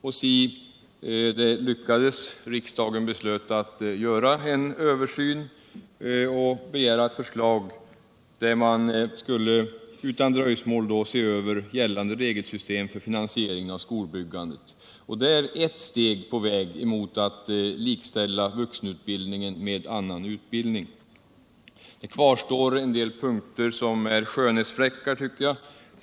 Och si, det lyckades. Riksdagen beslöt att göra en översyn och begära ett förslag där man utan dröjsmål skulle se över gällande regelsystem för finansiering av skolbyggandet. Det är et steg på vägen mot att likställa vuxenutbildningen med annan utbildning. Det kvarstår en del punkter som utgör skönhetsfläckar, +.